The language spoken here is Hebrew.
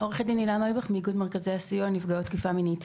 עורכת הדין הילה נויבך ממרכזי הסיוע לנפגעות תקיפה מינית.